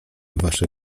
wasze